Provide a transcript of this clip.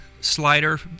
slider